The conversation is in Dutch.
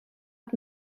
het